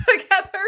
together